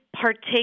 partake